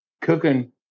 cooking